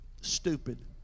stupid